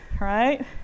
right